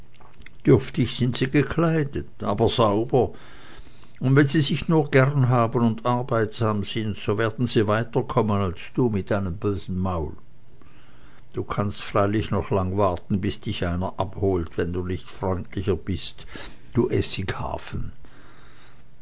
dürftig sind sie gekleidet aber sauber und wenn sie sich nur gern haben und arbeitsam sind so werden sie weiterkommen als du mit deinem bösen maul du kannst freilich noch lang warten bis dich einer abholt wenn du nicht freundlicher bist du